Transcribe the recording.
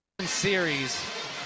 series